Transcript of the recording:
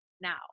now